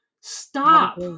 Stop